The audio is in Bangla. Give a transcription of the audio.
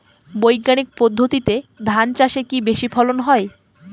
বৈজ্ঞানিক পদ্ধতিতে ধান চাষে কি বেশী ফলন হয়?